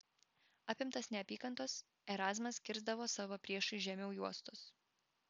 apimtas neapykantos erazmas kirsdavo savo priešui žemiau juostos